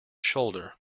shoulder